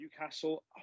Newcastle